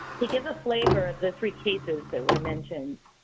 to give a flavor, the three cases that were mentioned